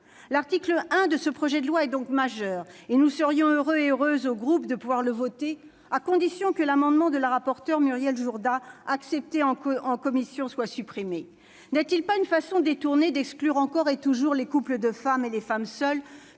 L'article 1 de ce projet de loi est donc majeur. Au sein du groupe CRCE, nous serions heureux et heureuses de pouvoir le voter. Mais c'est à la condition que l'amendement de la rapporteure Muriel Jourda, accepté en commission, soit supprimé. N'est-il pas une façon détournée d'exclure encore et toujours les couples de femmes et les femmes seules,